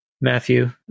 Matthew